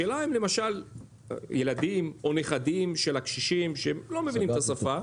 השאלה אם למשל ילדים או נכדים של הקשישים שהם לא מבינים את השפה,